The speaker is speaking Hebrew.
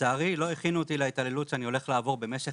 לצערי לא הכינו אותי להתעללות שאני הולך לעבור במשך